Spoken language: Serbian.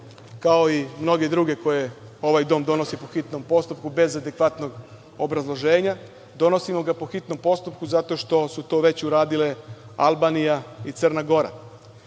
kao i mnoge druge koje ovaj dom donosi po hitnom postupku bez adekvatnog obrazloženja. Donosimo ga po hitnom postupku zato što su to već uradile Albanija i Crna Gora.U